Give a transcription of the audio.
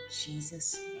Jesus